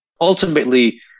ultimately